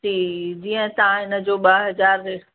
जी जीअं तव्हां हिन जो ॿ हज़ार में